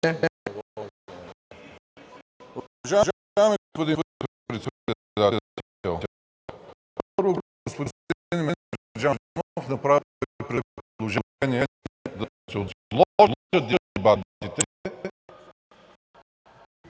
Това е много